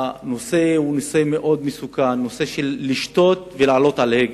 שהנושא מסוכן מאוד, הנושא של לשתות ולעלות על הגה.